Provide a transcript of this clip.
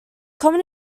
common